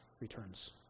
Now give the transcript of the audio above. returns